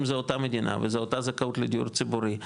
אם זו אותה מדינה וזו אותה זכאות לדיור ציבורי,